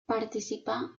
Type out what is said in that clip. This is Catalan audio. participà